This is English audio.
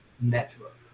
network